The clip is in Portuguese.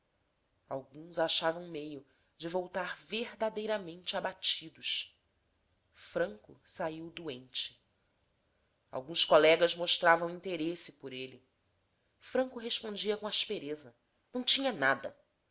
alguns achavam meio de voltar verdadeiramente abatidos franco saiu doente alguns colegas mostravam interesse por ele franco respondia com aspereza não tinha nada